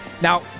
Now